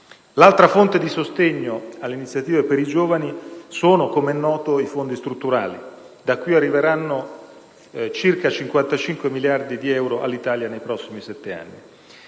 L'altra fonte di sostegno alle iniziative per i giovani sono, come è noto, i fondi strutturali, da cui arriveranno circa 55 miliardi di euro all'Italia nei prossimi sette anni.